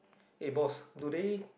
eh boss do they